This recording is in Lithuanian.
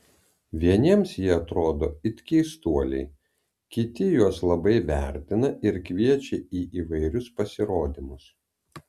vieniems jie atrodo it keistuoliai kiti juos labai vertina ir kviečia į įvairius pasirodymus